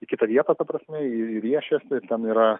į kitą vietą ta prasme į riešę ir ten yra